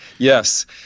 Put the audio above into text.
Yes